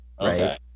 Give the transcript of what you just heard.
right